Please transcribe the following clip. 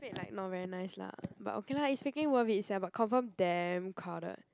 red like not very nice lah but okay lah it's freaking worth it sia but confirm damn crowded